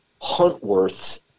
Huntworth's